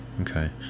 Okay